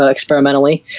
ah experimentally,